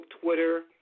Twitter